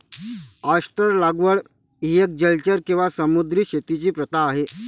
oyster लागवड ही एक जलचर किंवा समुद्री शेतीची प्रथा आहे